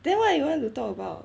then what you want to talk about